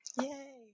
Yay